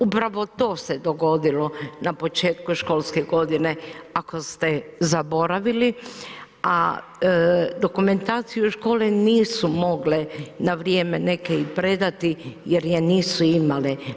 Upravo to se dogodilo na početku školske godine ako ste zaboravili, a dokumentaciju škole nisu mogle na vrijeme neke i predati jer je nisu imale.